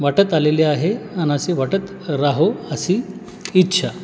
वाटत आलेले आहे अन् असे वाटत राहो अशी इच्छा